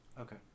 Okay